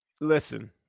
Listen